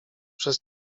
przez